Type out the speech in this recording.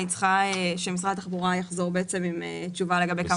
אני צריכה שמשרד התחבורה יחזור בעצם עם תשובה לגבי כמה תוקצב.